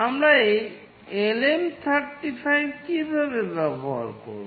আমরা এই LM35 কীভাবে ব্যবহার করব